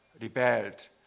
rebelled